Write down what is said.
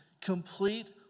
Complete